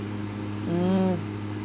mm